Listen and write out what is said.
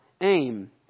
aim